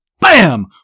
Bam